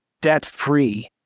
debt-free